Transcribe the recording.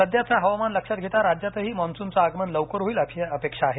सध्याचं हवामान लक्षात घेता राज्यातही मॉन्सूनचं आगमन लवकर होईल अशी अपेक्षा आहे